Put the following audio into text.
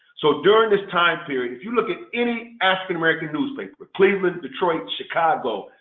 so during this time period, if you look at any african american newspaper cleveland, detroit, chicago,